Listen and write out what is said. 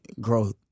growth